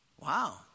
Wow